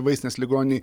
vaistines ligoninėj